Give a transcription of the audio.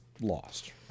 lost